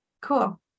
cool